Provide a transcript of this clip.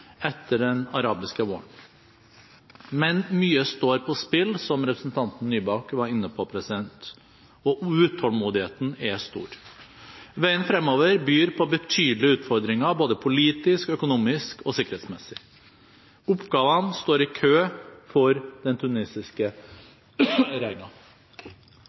etter den arabiske våren. Men mye står på spill, som representanten Nybakk var inne på, og utålmodigheten er stor. Veien fremover byr på betydelige utfordringer, både politisk, økonomisk og sikkerhetsmessig. Oppgavene står i kø for den tunisiske